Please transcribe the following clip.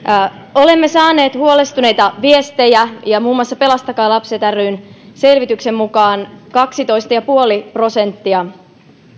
olemme saaneet huolestuneita viestejä ja muun muassa pelastakaa lapset ryn selvityksen mukaan kaksitoista pilkku viisi prosenttia opiskelijoista